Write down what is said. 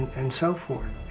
and so forth.